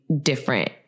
different